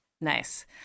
Nice